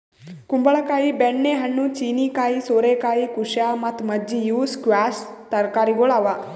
ಕುಂಬಳ ಕಾಯಿ, ಬೆಣ್ಣೆ ಹಣ್ಣು, ಚೀನೀಕಾಯಿ, ಸೋರೆಕಾಯಿ, ಕುಶಾ ಮತ್ತ ಮಜ್ಜಿ ಇವು ಸ್ಕ್ವ್ಯಾಷ್ ತರಕಾರಿಗೊಳ್ ಅವಾ